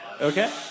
Okay